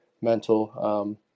mental